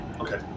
Okay